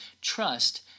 trust